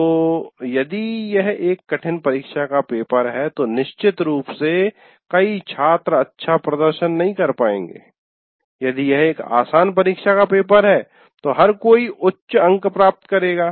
तो यदि यह एक कठिन परीक्षा का पेपर है तो निश्चित रूप से कई छात्र अच्छा प्रदर्शन नहीं कर पाएंगे यदि यह एक आसान परीक्षा का पेपर है तो हर कोई उच्च अंक प्राप्त करेगा